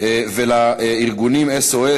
ולארגונים SOS,